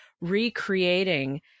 recreating